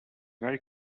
very